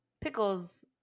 pickles